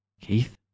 Keith